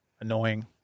Annoying